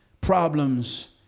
problems